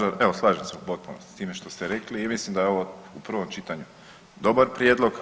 Evo slažem se u potpunosti sa time što ste rekli i mislim da je ovo u prvom čitanju dobar prijedlog.